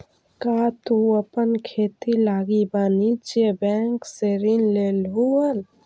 का तु अपन खेती लागी वाणिज्य बैंक से ऋण लेलहुं हल?